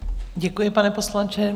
Děkuji, pane poslanče.